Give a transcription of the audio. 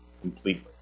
completely